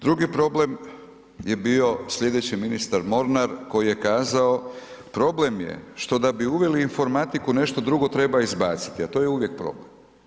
Drugi problem je bio slijedeći ministar Molnar koji je kazao problem je što da bi uveli informatiku nešto drugo treba izbaciti, a to je uvijek problem.